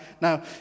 Now